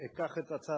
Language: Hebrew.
אני אקח את הצעתך,